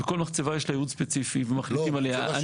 לכל מחצה יש לה יעוד ספציפי ומחליטים עליה.